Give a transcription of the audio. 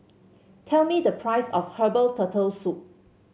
tell me the price of Herbal Turtle Soup